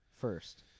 First